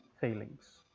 feelings